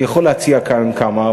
אני יכול להציע כאן כמה,